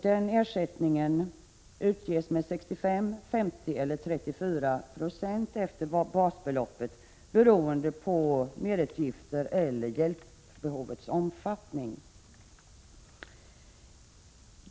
Den ersättningen utges med 65, 50 eller 34 96 av basbeloppet, beroende på merutgifter och hjälpbehovets omfattning.